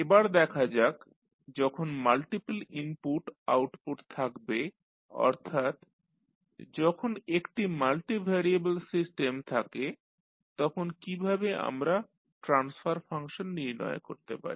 এবার দেখা যাক যখন মাল্টিপল ইনপুট আউটপুট থাকবে অর্থাৎ যখন একটি মাল্টিভ্যারিয়েবল সিস্টেম থাকে তখন কীভাবে আমরা ট্রান্সফার ফাংশন নির্ণয় করতে পারি